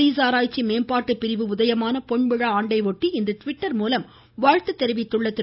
police ஆராய்ச்சி மேம்பாட்டு பிரிவு உதயமான பொன்விழா ஆண்டை ஒட்டி இன்று டிவிட்டர் மூலம் வாழ்த்து தெரிவித்துள்ள திரு